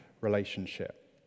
relationship